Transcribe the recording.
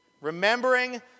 Remembering